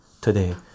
today